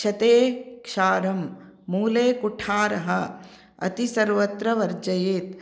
क्षते क्षारं मूले कुठारः अति सर्वत्र वर्जयेत्